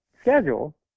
schedule